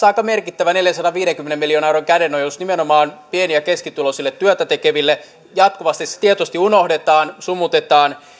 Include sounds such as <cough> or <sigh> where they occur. <unintelligible> aika merkittävä neljänsadanviidenkymmenen miljoonan euron kädenojennus nimenomaan pieni ja keskituloisille työtätekeville jatkuvasti se tietoisesti unohdetaan sumutetaan